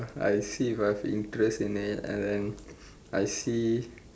I see if I've interest in it and then I see